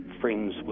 friends